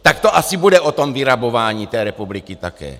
Tak to asi bude o tom vyrabování té republiky také.